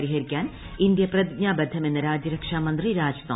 പരിഹരിക്കാൻ ഇന്ത്യ പ്രതിജ്ഞാബദ്ധമെന്ന് രാജൃരക്ഷാമന്ത്രി രാജ്നാഥ് സിംഗ്